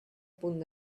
punt